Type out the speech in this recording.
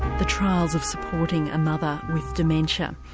the trials of supporting a mother with dementia.